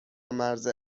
مرز